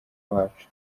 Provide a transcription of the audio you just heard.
bacu